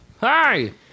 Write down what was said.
Hi